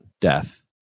death